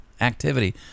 activity